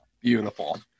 beautiful